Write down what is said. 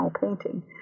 painting